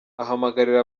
ahamagarira